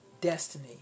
destiny